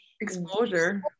exposure